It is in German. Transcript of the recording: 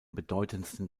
bedeutendsten